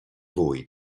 voi